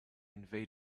invade